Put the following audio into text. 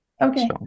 Okay